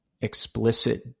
explicit